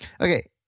Okay